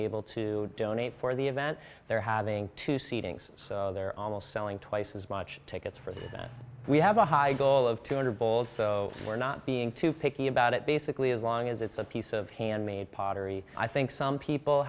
able to donate for the event they're having to seedings so they're almost selling twice as much tickets for this we have a high goal of two hundred dollars so we're not being too picky about it basically as long as it's a piece of handmade pottery i think some people